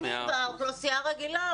באוכלוסייה הרגילה,